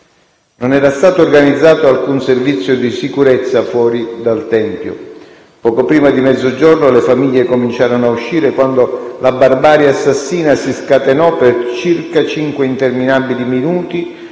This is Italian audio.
Non era stato organizzato alcun servizio di sicurezza fuori dal Tempio. Poco prima di mezzogiorno le famiglie cominciarono a uscire, quando la barbarie assassina si scatenò per circa cinque interminabili minuti,